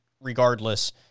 regardless